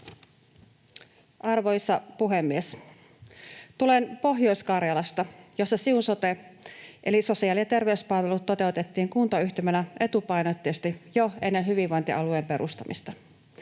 Arvoisa puhemies! Tulen Pohjois-Karjalasta, jossa Siun sote, eli sosiaali- ja terveyspalvelut, toteutettiin kuntayhtymänä etupainotteisesti jo ennen hyvinvointialueen perustamista.